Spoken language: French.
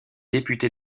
député